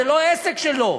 זה לא עסק שלו.